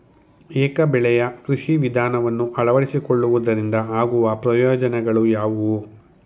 ಏಕ ಬೆಳೆಯ ಕೃಷಿ ವಿಧಾನವನ್ನು ಅಳವಡಿಸಿಕೊಳ್ಳುವುದರಿಂದ ಆಗುವ ಪ್ರಯೋಜನಗಳು ಯಾವುವು?